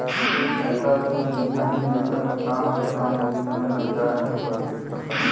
ऐसा कोई सुविधा नहीं जेकर मे काम से काम रुपिया मे रिचार्ज हो पातीस?